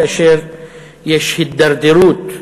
יש הידרדרות,